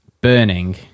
Burning